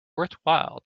worthwhile